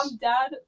Dad